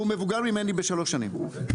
הוא מבוגר ממני בשלוש שנים.